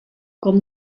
com